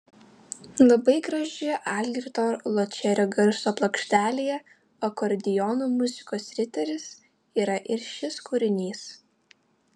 labai gražioje algirdo ločerio garso plokštelėje akordeono muzikos riteris yra ir šis kūrinys